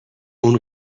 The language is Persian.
اون